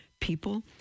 people